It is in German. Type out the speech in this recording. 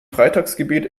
freitagsgebet